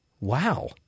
Wow